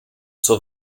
zur